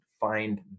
find